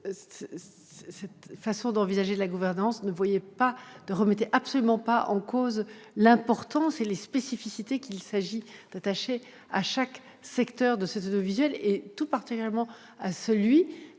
cette façon d'envisager la gouvernance ne remet absolument pas en cause l'importance et les spécificités qu'il s'agit d'attacher à chaque secteur de l'audiovisuel public, tout particulièrement celui